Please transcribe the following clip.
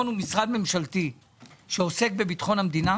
כשביקשנו הסברים,